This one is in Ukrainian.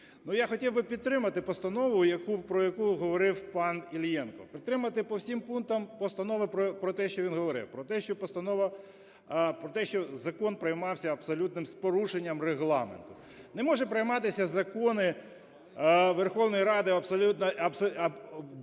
я хотів би підтримати постанову, про яку говорив пан Іллєнко, підтримати по всім пунктам постанову про те, що він говорив, про те, що закон приймався з абсолютним порушенням Регламенту. Не можуть прийматися закони Верховної Ради абсолютно… тим